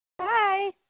Hi